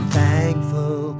thankful